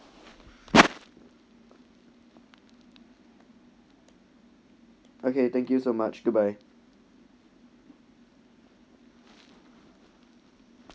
okay thank you so much goodbye